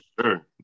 Sure